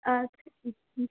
اَدٕ